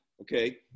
Okay